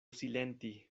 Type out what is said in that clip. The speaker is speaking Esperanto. silenti